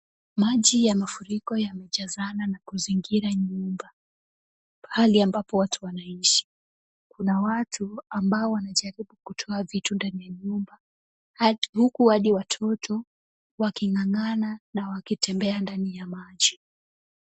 Maji ya mafuriko yamejaza na kufurika nyumba, pahali ambapo wat wanaishi. Kuna watu ambao wanajaribu kutoa vitu ndani ya nyumba, huku watoto waking'ang'ana na kutembea ndani ya maji.